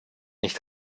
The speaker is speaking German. nicht